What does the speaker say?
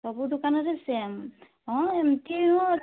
ସବୁ ଦୋକାନରେ ସେମ୍ ହଁ ଏମିତି ନୁହେଁ